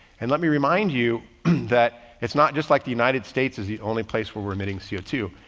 and let me remind you that it's not just like the united states is the only place where we're emitting c o two.